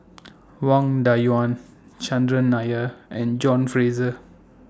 Wang Dayuan Chandran Nair and John Fraser